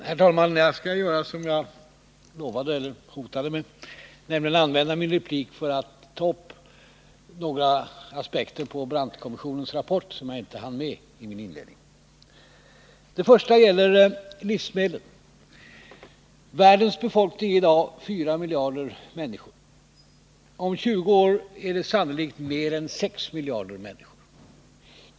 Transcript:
Herr talman! Jag skall göra som jag lovade — eller hotade med — nämligen använda min replik till att ta upp några aspekter på Brandtkommissionens rapport vilka jag inte hann med i min inledning. Den första aspekten gäller livsmedlen. Världens befolkning är i dag 4 miljarder människor. Om 20 år finns det sannolikt mer än 6 miljarder människor.